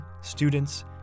students